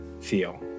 feel